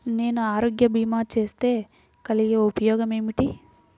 నేను ఆరోగ్య భీమా చేస్తే కలిగే ఉపయోగమేమిటీ?